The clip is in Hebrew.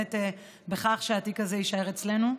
בכך שהתיק הזה יישאר אצלנו.